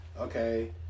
Okay